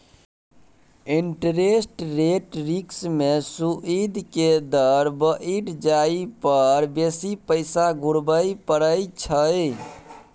interest rate risk में सूइद के दर बइढ़ जाइ पर बेशी पैसा घुरबइ पड़इ छइ